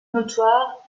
notoire